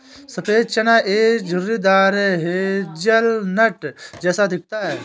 सफेद चना एक झुर्रीदार हेज़लनट जैसा दिखता है